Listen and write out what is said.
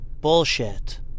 bullshit